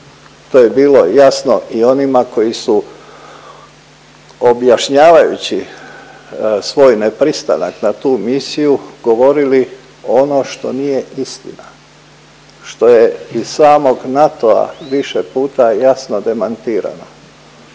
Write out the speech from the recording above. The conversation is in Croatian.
To je bilo jasno i onima koji su objašnjavajući svoj nepristanak na tu misiju govorili ono što nije istina, što je iz samog NATO-a više puta jasno demantirano.